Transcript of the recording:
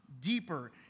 deeper